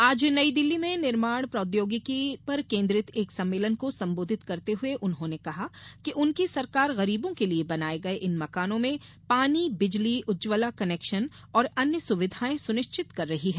आज नई दिल्ली में निर्माण प्रौद्योगिकी पर केन्द्रीत एक सम्मेलन को संबोधित करते हुए उन्होंने कहा कि उनकी सरकार गरीबों के लिए बनाये गये इन मकानों में पानी बिजली उज्जवला कनेक्शन और अन्य सुविधाएं सुनिश्चित कर रही हैं